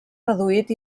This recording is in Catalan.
reduït